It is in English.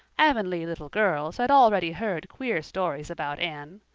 avonlea little girls had already heard queer stories about anne.